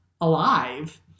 alive